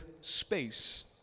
space